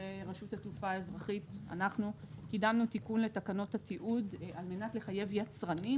רשות התעופה האזרחית קידמה תיקון לתקנות התיעוד על מנת לחייב יצרנים,